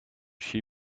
she